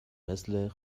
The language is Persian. مثل